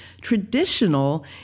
traditional